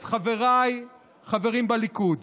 אז חבריי החברים בליכוד,